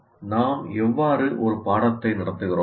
நாம் எவ்வாறு ஒரு பாடத்தை நடத்துகிறோம்